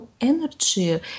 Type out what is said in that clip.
energy